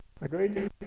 Agreed